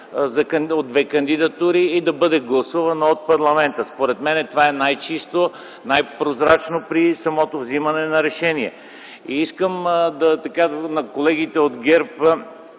от две кандидатури и да бъде гласувано от парламента. Според мен, това е най-чисто, най-прозрачно при самото вземане на решение. Искам да кажа на колегите от ГЕРБ,